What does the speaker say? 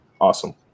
awesome